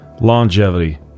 longevity